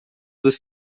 dos